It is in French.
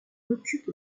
occupe